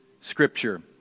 scripture